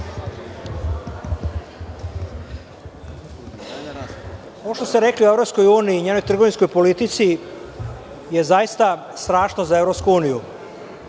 Ovo što ste rekli o EU i njenoj trgovinskoj politici je zaista strašno za EU.